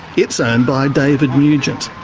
it's owned by david nugent.